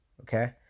Okay